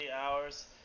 hours